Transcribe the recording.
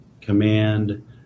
command